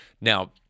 Now